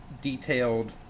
detailed